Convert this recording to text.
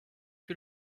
que